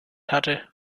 hatte